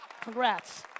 Congrats